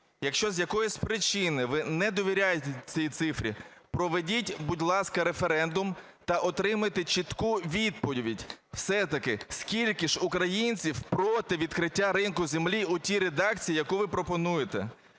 Якщо з якоїсь причини ви не довіряєте цій цифрі, проведіть, будь ласка, референдум та отримайте чітку відповідь все-таки, скільки ж українців проти відкриття ринку землі у тій редакції, яку ви пропонуєте.